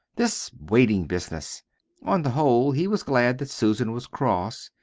this waiting business on the whole he was glad that susan was cross,